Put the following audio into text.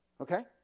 okay